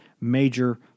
major